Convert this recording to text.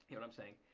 what i'm saying.